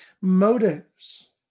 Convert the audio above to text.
motives